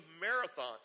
marathon